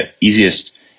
easiest